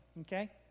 okay